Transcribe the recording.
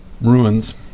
ruins